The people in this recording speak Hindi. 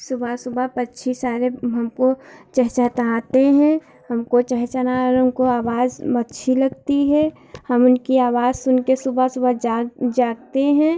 सुबह सुबह पक्षी सारे हमको चहचहाते हैं हमको चहचहाना उनकी आवाज़ अच्छी लगती है हम उनकी आवाज़ सुनकर सुबह सुबह जाग जागते हैं